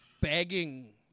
begging